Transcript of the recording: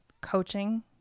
coaching